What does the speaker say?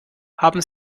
haben